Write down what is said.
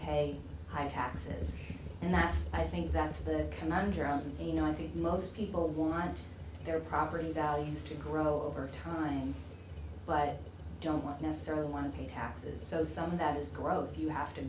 pay high taxes and that's i think that's the conundrum you know i think most people want their property values to grow over time but don't necessarily want to pay taxes so something that is growth you have to